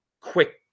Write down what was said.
quick